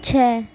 چھ